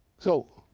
so,